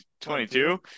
22